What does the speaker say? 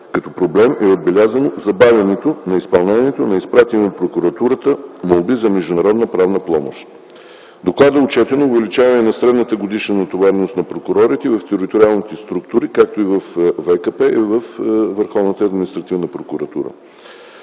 Като проблем е отбелязано забавянето на изпълнението на изпратени от прокуратурата молби за международна правна помощ. В доклада е отчетено увеличение на средната годишна натовареност на прокурорите в териториалните структури, както и във ВКП